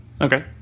okay